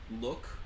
look